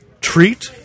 treat